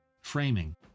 framing